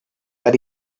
that